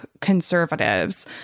conservatives